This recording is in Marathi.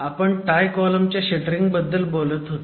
आपण टाय कॉलम च्या शटरिंग बद्दल बोलत होतो